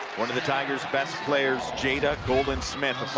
one of the tigers' best player, jada golden-smith.